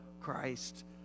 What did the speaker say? Christ